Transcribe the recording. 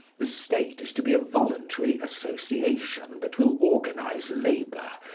the state is to be a voluntary association that will organise labour,